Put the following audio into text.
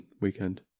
weekend